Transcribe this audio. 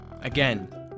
Again